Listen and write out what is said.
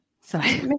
sorry